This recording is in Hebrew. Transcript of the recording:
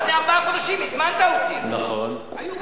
אצלך,